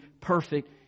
perfect